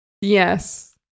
Yes